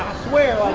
swear like